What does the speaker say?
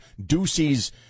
Ducey's